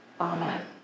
Amen